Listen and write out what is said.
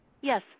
Yes